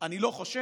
אני לא חושב